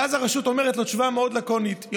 ואז הרשות נותנת תשובה מאוד לקונית.